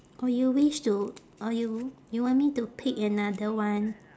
or you wish to or you you want me to pick another one